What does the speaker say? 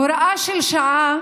הוראה של שעה